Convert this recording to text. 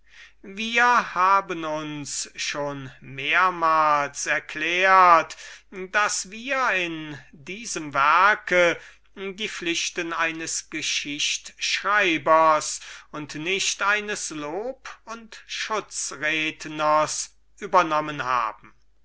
wir haben uns schon mehrmalen erklärt daß wir in diesem werke die pflichten eines geschichtschreibers und nicht eines apologisten übernommen haben